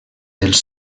els